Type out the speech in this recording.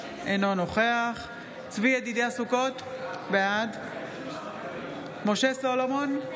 אינו נוכח צבי ידידיה סוכות, בעד משה סולומון,